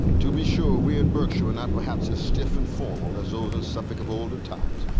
to be sure we and berkshire were not perhaps as stiff and formal as those in suffolk of olden times,